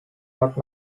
not